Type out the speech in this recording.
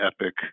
epic